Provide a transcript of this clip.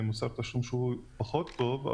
יש מוסר תשלומים פחות טוב,